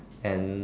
and